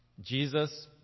Jesus